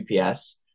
ups